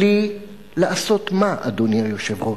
כלי, לעשות מה, אדוני היושב-ראש?